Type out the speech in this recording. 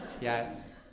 Yes